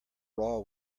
raw